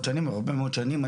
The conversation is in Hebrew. הרבה מאוד שנים,